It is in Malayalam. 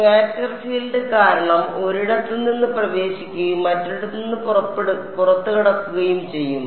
സ്കാറ്റർ ഫീൽഡ് കാരണം ഒരിടത്ത് നിന്ന് പ്രവേശിക്കുകയും മറ്റൊരിടത്ത് നിന്ന് പുറത്തുകടക്കുകയും ചെയ്യും